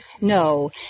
No